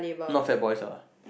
not FatBoys ah